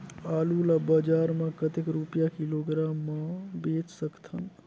आलू ला बजार मां कतेक रुपिया किलोग्राम म बेच सकथन?